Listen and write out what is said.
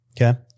Okay